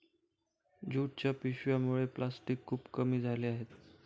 ज्यूटच्या पिशव्यांमुळे प्लॅस्टिक खूप कमी झाले आहे